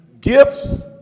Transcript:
gifts